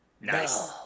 Nice